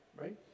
right